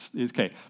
Okay